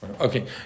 Okay